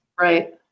Right